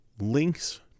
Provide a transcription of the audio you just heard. links